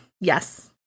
Yes